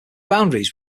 boundaries